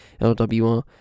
LWR